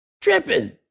Tripping